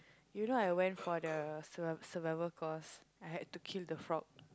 you know I went for the survi~ survival course I had to kill the frog